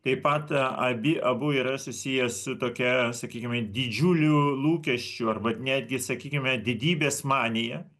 taip pat abi abu yra susijęs su tokia sakykime didžiulių lūkesčių arba netgi sakykime didybės manija